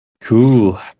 Cool